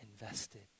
invested